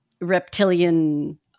reptilian